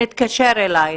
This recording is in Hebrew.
נתקשר אליך.